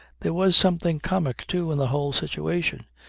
there was something comic too in the whole situation,